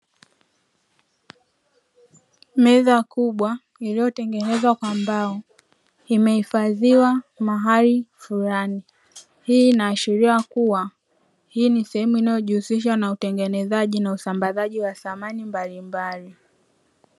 Meza kubwa iliyotengenezwa kwa mbao imehifadhiwa mahali fulani. Hii inaashiria kuwa hii ni sehemu insyojihusisha na utengenezaji na usambazaji wa samani mbalimbali.